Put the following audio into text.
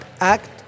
act